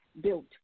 built